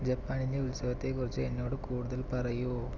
ജപ്പാനിലെ ഉത്സവത്തെക്കുറിച്ച് എന്നോട് കൂടുതൽ പറയൂ